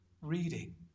reading